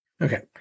Okay